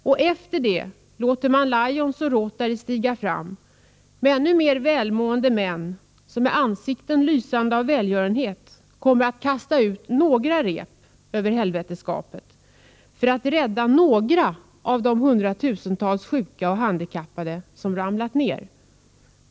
Och efter det låter man Lion och Rotary stiga fram med ännu mer välmående män, som med ansikten lysande av välgörenhet kommer att kasta ut några rep över helvetsgapet för att rädda några av de hundratusentals sjuka och handikappade som ramlat ner.